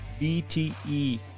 BTE